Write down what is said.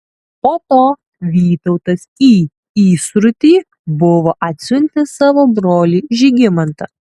po to vytautas į įsrutį buvo atsiuntęs savo brolį žygimantą